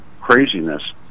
craziness